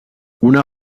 una